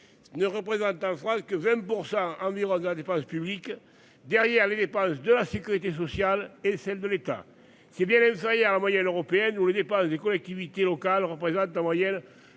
Ne représente un froid que 20% environ de la dépense publique derrière les dépenses de la Sécurité sociale et celle de l'État c'est bien hier à la moyenne européenne où les dépenses des collectivités locales représentent en moyenne